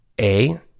A-